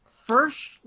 first